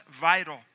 vital